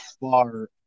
far